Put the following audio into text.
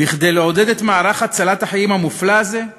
לעודד את מערך הצלת החיים המופלא הזה?